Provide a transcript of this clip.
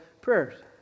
prayers